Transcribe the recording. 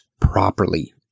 properly